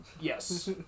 yes